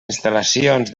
instal·lacions